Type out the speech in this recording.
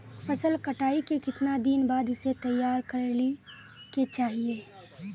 फसल कटाई के कीतना दिन बाद उसे तैयार कर ली के चाहिए?